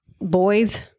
boys